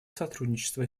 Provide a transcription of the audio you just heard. сотрудничество